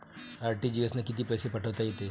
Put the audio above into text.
RTGS न कितीक पैसे पाठवता येते?